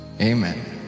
Amen